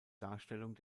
darstellung